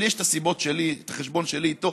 לי יש את הסיבות שלי, את החשבון שלי איתו.